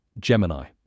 Gemini